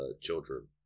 children